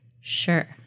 Sure